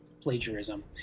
plagiarism